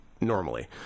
normally